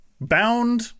bound